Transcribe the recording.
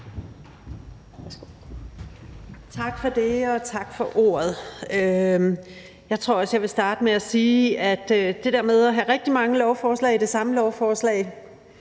Tak for det, og tak for ordet. Jeg tror også, jeg vil starte med at sige, at det der med at have rigtig mange lovforslag i det samme lovforslag